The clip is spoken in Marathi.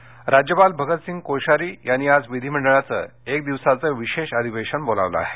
अधिवेशन राज्यपाल भगतसिंग कोश्यारी यांनी आज विधीमंडळाचं एक दिवसाचं विशेष अधिवेशन बोलावलं आहे